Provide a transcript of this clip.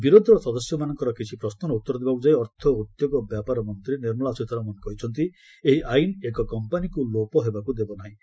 ବିରୋଧି ଦଳ ସଦସ୍ୟମାନଙ୍କର କିଛି ପ୍ରଶ୍ନର ଉତ୍ତର ଦେବାକୁ ଯାଇ ଅର୍ଥ ଓ ଉଦ୍ୟୋଗ ବ୍ୟାପାର ମନ୍ତ୍ରୀ ନିର୍ମଳା ସୀତାରମଣ କହିଛନ୍ତି ଏହି ଆଇନ ଏକ କମ୍ପାନୀକୁ ଲୋପ ହେବାକୁ ଦେବ ନାହିଁ